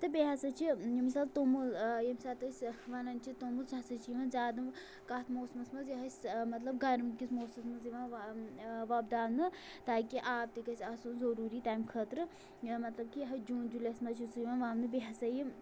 تہٕ بیٚیہِ ہسا چھِ ییٚمہِ ساتہٕ توٚمُل ییٚمہِ ساتہٕ أسۍ وَنان چھِ توٚمُل سُہ ہَسا چھِ یِوان زیادٕ کَتھ موسمَس منٛز یِہوٚے سہ مطلب گرمہٕ کِس موسمَس منٛز یِوان وَ وۄپداونہٕ تاکہِ آب تہِ گژھِ آسُن ضروٗری تَمہِ خٲطرٕ مطلب کہِ یِہوٚے جوٗن جُلیَس منٛز چھُ سُہ یِوان وَونہٕ بیٚیہِ ہسا یہِ